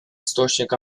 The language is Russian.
источник